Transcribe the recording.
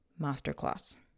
masterclass